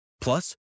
Plus